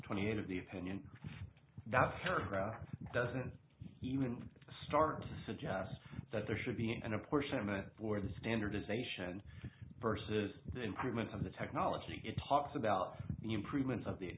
twenty eight of the opinion that paragraph doesn't even start to suggest that there should be an apportionment for the standardization versus the improvement of the technology it talks about the improvements of the